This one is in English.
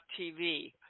TV